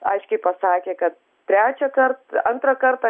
aiškiai pasakė kad trečiąkart antrą kartą